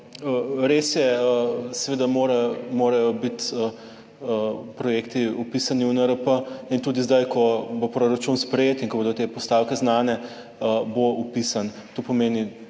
Res je, seveda morajo biti projekti vpisani v NRP, in tudi zdaj ko bo proračun sprejet in ko bodo te postavke znane, bo vpisan. To pomeni,